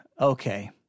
Okay